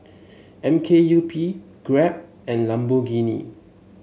M K U P Grab and Lamborghini